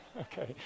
Okay